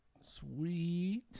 Sweet